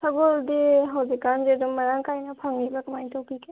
ꯁꯒꯣꯜꯗꯤ ꯍꯧꯖꯤꯛ ꯀꯥꯟꯁꯦ ꯑꯗꯨꯝ ꯃꯔꯥꯡ ꯀꯥꯏꯅ ꯐꯪꯂꯤꯕ꯭ꯔꯥ ꯀꯃꯥꯏꯅ ꯇꯧꯕꯤꯒꯦ